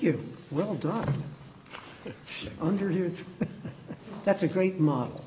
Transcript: you will do under here that's a great model